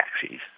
taxis